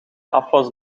afwas